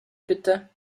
bitte